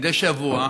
מדי שבוע,